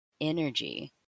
energy